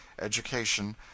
education